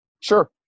Sure